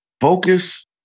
Focus